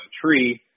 tree